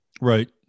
Right